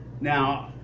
Now